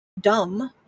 dumb